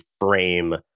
frame